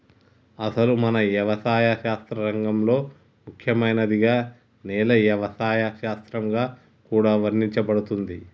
అసలు మన యవసాయ శాస్త్ర రంగంలో ముఖ్యమైనదిగా నేల యవసాయ శాస్త్రంగా కూడా వర్ణించబడుతుంది